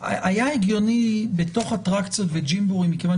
היה הגיוני בתוך אטרקציות וג'מבורי מכיוון